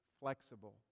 flexible